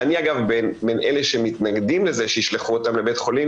ואני אגב בין אלה שמתנגדים לזה שישלחו אותם לבית חולים